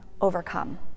overcome